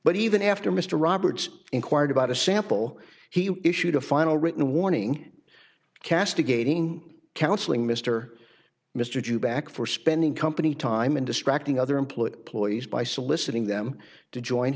but even after mr roberts inquired about a sample he issued a final written warning castigating counseling mr mr due back for spending company time and distracting other employee ploys by soliciting them to join